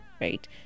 right